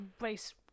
race